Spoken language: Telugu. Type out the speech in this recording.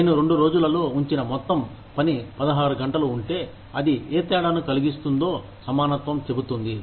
నేను రెండు రోజులలో ఉంచిన మొత్తం పని 16 గంటలు ఉంటే అది ఏ తేడాను కలిగిస్తుందో సమానత్వం చెబుతుంది